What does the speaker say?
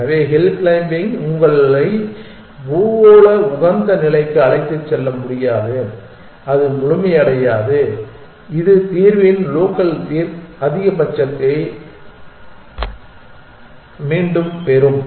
எனவே hill climbing உங்களை பூகோள உகந்த நிலைக்கு அழைத்துச் செல்ல முடியாது அது முழுமையடையாது இது தீர்வின் லோக்கல் அதிகபட்ச தரத்தை மீண்டும் பெறும்